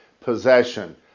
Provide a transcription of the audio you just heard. possession